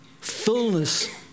fullness